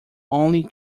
only